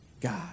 God